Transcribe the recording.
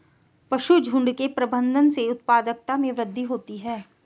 पशुझुण्ड के प्रबंधन से उत्पादकता में वृद्धि होती है